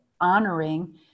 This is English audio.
honoring